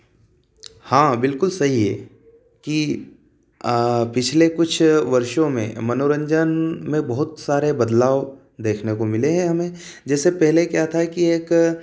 हाँ बिलकुल सही है कि पिछले कुछ वर्षों में मनोरंजन में बहुत सारे बदलाव देखने को मिले हैं हमें जैसे पहले क्या था कि एक